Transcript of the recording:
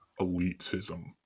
elitism